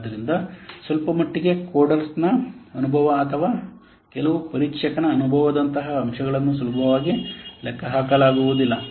ಆದ್ದರಿಂದ ಸ್ವಲ್ಪಮಟ್ಟಿಗೆ ಕೋಡರ್ನ ಅನುಭವ ಅಥವಾ ಕೆಲವು ಪರೀಕ್ಷಕನ ಅನುಭವದಂತಹ ಅಂಶಗಳನ್ನು ಸುಲಭವಾಗಿ ಲೆಕ್ಕಹಾಕಲಾಗುವುದಿಲ್ಲ